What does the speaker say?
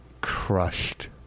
Crushed